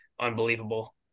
Unbelievable